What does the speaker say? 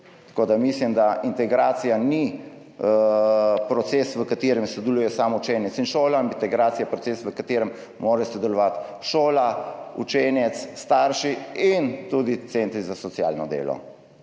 Tako da mislim, da integracija ni proces, v katerem sodelujeta sam učenec in šola, integracija je proces, v katerem morajo sodelovati šola, učenec, starši in tudi centri za socialno delo,